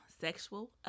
sexual